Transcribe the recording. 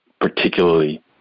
particularly